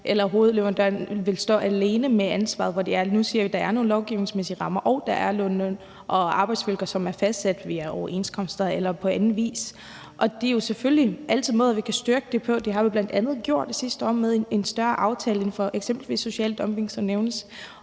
eller hovedleverandøren vil stå alene med ansvaret. Som det er nu, siger vi, at der er nogle lovgivningsmæssige rammer, og at der er nogen løn- og arbejdsvilkår, som er fastsat via overenskomster eller på anden vis. Der er jo selvfølgelig altid måder, vi kan styrke det på. Det har vi bl.a. gjort sidste år med en større aftale inden for eksempelvis social dumping, som nævnes,